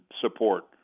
support